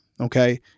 okay